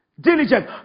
Diligent